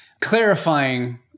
clarifying